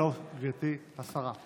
שלום, גברתי שרה.